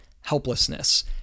helplessness